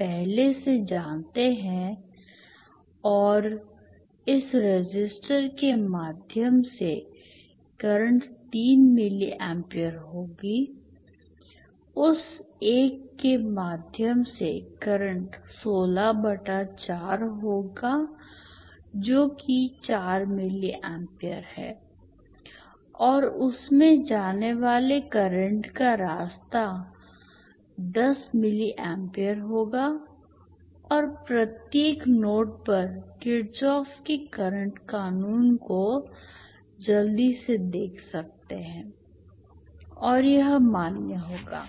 पहले से जानते हैं और इस रेसिस्टर के माध्यम से करंट 3 मिली एम्पीयर होगी उस एक के माध्यम से करंट 16 बटा 4 होगी जो कि 4 मिली एम्पीयर है और उसमें जाने वाले करंट का रास्ता 10 मिली एम्पीयर होगा और आप प्रत्येक नोड पर किरचॉफ के करंट कानून Kirchoffs current law को जल्दी से देख सकते हैं और यह मान्य होगा